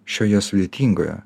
šioje sudėtingoje